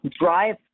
drive